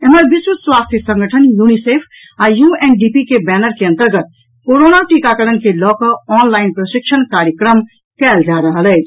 एम्हर विश्व स्वास्थ्य संगठन यूनीसेफ आ यूएनडीपी के बैनर के अंतर्गत कोरोना टीकाकरण के लऽकऽ ऑनलाईन प्रशिक्षण कार्यक्रम कयल जा रहल अछि